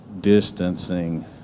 distancing